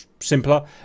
simpler